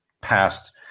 past